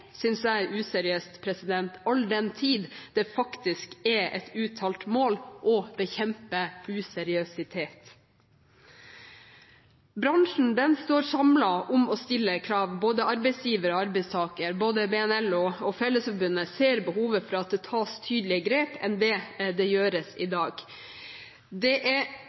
jeg er useriøst, all den tid det faktisk er et uttalt mål å bekjempe useriøsitet. Bransjen står samlet om å stille krav, både arbeidsgiver og arbeidstaker, både Byggenæringens Landsforening og Fellesforbundet ser behovet for at det tas tydeligere grep enn det gjøres i dag. Det er